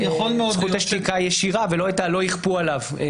זכות השתיקה הישירה ולא את ה-לא יכפו עליו.